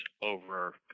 over